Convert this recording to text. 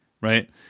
right